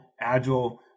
agile